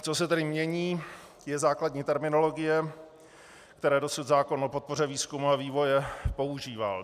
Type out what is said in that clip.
Co se tedy mění, je základní terminologie, které dosud zákon o podpoře výzkumu a vývoje používal.